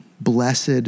blessed